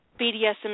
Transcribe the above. BDSM